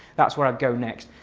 that's where i'd go next.